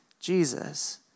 Jesus